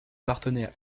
partenaires